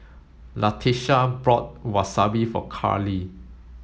Latisha bought Wasabi for Karli